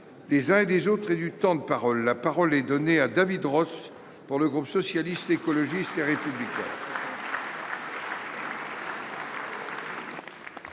des uns et des autres, et de son temps de parole. La parole est à M. David Ros, pour le groupe Socialiste, Écologiste et Républicain.